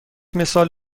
مثال